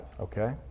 Okay